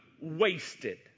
wasted